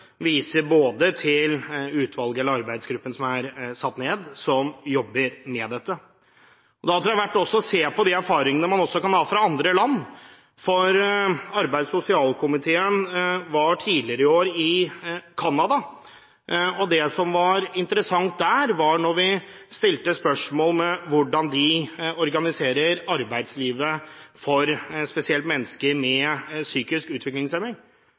arbeidsgruppen som er satt ned, og som jobber med dette. Jeg tror også det er verdt å se på de erfaringene man har fra andre land. Arbeids- og sosialkomiteen var tidligere i år i Canada, og det som var interessant der, var da vi stilte spørsmål om hvordan de organiserer arbeidslivet spesielt for mennesker med psykisk